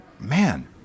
man